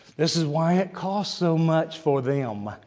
this is why it costs so much for them.